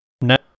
Net